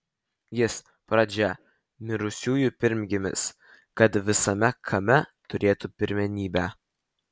jis pradžia mirusiųjų pirmgimis kad visame kame turėtų pirmenybę